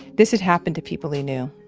this had happened to people they knew.